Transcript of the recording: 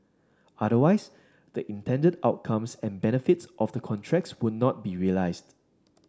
otherwise the intended outcomes and benefits of the contracts would not be realised